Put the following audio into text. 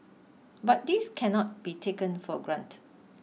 but this cannot be taken for granted